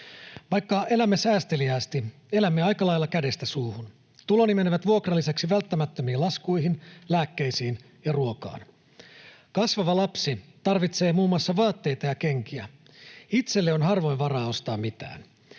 Vaikka elämme säästeliäästi, elämme aika lailla kädestä suuhun. Tuloni menevät vuokran lisäksi välttämättömiin laskuihin, lääkkeisiin ja ruokaan. Kasvava lapsi tarvitsee muun muassa vaatteita ja kenkiä. Itselle on harvoin varaa ostaa mitään.